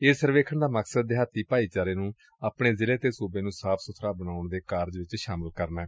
ਇਸ ਸਰਵੇਖਣ ਦਾ ਮਕਸਦ ਦਿਹਾਤੀ ਭਾਈਚਾਰੇ ਨੂੰ ਆਪਣੇ ਜ਼ਿਲੇ ਅਤੇ ਸੁਬੇ ਨੂੰ ਸਾਫ਼ ਸੁਬਰਾ ਬਣਾਉਣ ਦੇ ਕਾਰਜ ਵਿਚ ਸ਼ਾਮਲ ਕਰਨਾ ਏ